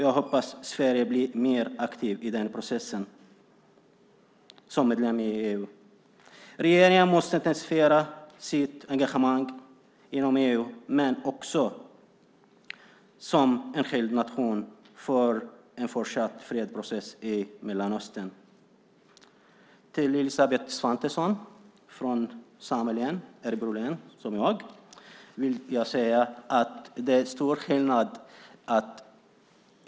Jag hoppas att Sverige som medlem i EU blir mer aktivt i den processen. Regeringen måste intensifiera Sveriges engagemang inom EU, men vi måste också som enskild nation verka för en fortsatt fredsprocess i Mellanöstern. Till Elisabeth Svantesson, som är från Örebro län precis som jag, vill jag säga att det är stor skillnad.